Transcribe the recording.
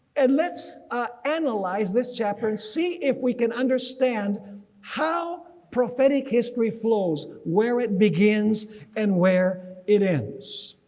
and let's ah analyze this chapter and see if we can understand how prophetic history flows where it begins and where it ends.